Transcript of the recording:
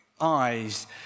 eyes